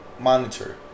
Monitor